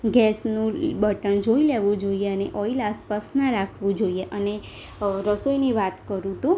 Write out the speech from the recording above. ગેસનું બટન જોઈ લેવું જોઈએ અને ઓઇલ આસપાસ ન રાખવું જોઈએ અને રસોઈની વાત કરું તો